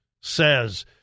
says